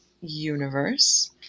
Universe